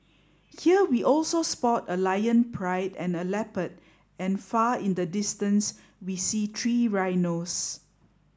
here we also spot a lion pride and a leopard and far in the distance we see three rhinos